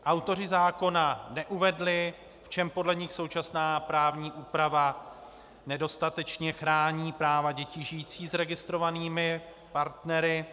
Autoři zákona neuvedli, v čem podle nich současná právní úprava nedostatečně chrání práva dětí žijící s registrovanými partnery.